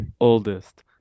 oldest